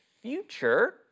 future